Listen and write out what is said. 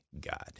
God